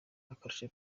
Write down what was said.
akarusho